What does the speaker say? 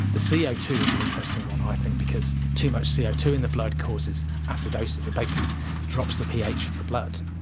the c o two is the interesting one i think because too much c o two in the blood causes acidosis, it basically drops the ph of the blood.